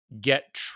get